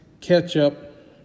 ketchup